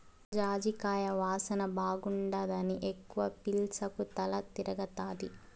జాజికాయ వాసన బాగుండాదని ఎక్కవ పీల్సకు తల తిరగతాది